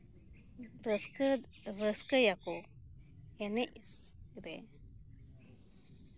ᱨᱟᱹᱥᱠᱟᱹ ᱨᱟᱹᱥᱠᱟᱹᱭᱟᱠᱚ ᱮᱱᱮᱡ ᱨᱮ